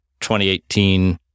2018